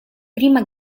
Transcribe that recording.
prima